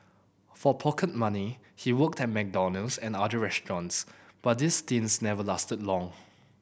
for pocket money he worked at McDonald's and other restaurants but these stints never lasted long